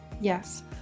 yes